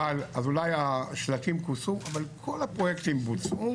אז אולי השלטים כוסו אבל כל הפרויקטים בוצעו